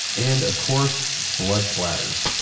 and, of course, blood splatters